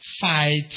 fight